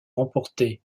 remporter